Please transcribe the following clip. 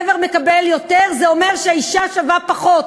וגבר מקבל יותר, זה אומר שהאישה שווה פחות,